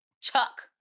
Chuck